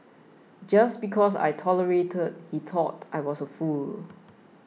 just because I tolerated he thought I was a fool